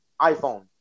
iPhone